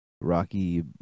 Rocky